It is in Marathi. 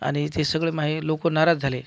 आणि ते सगळे माझे लोक नाराज झाले